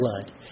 blood